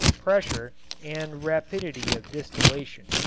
pressure and rapidity of distillation.